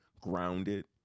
grounded